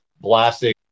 blasting